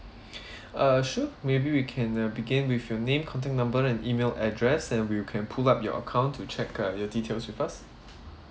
uh sure maybe we can uh begin with your name contact number and email address and we'll can pull up your account to check uh your details with us